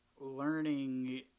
Learning